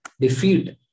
defeat